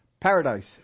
Paradise